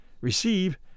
receive